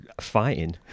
fighting